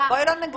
בואי לא נגזים.